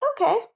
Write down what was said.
Okay